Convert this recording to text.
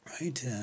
right